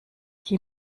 die